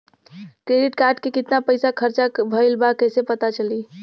Credit card के कितना पइसा खर्चा भईल बा कैसे पता चली?